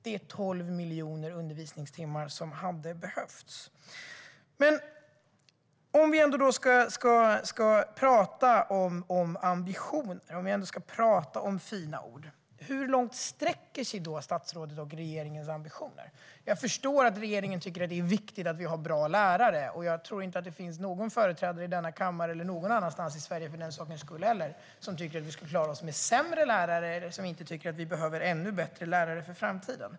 Det är 12 miljoner undervisningstimmar som hade behövts. Beträffande ambitioner och fina ord, hur långt sträcker sig statsrådets och regeringens ambitioner? Jag förstår att regeringen tycker att det är viktigt att vi har bra lärare. Jag tror inte att det finns någon företrädare i denna kammare eller någon annanstans i Sverige som tycker att vi skulle klara oss med sämre lärare eller som inte tycker att det behövs ännu bättre lärare för framtiden.